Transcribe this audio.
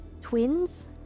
twins